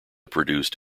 produced